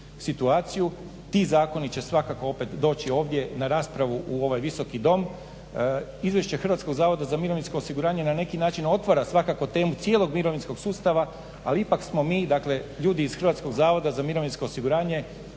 Ti zakoni će svakako opet doći ovdje na raspravu u ovaj Visoki dom. Izvješće Hrvatskog zavoda za mirovinsko osiguranje na neki način otvara svakako temu cijelog mirovinskog sustava ali ipak smo mi, dakle ljudi iz Hrvatskog zavoda za mirovinsko osiguranje